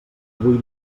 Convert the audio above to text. avui